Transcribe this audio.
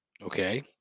Okay